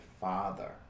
Father